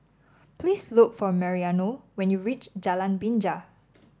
please look for Mariano when you reach Jalan Binja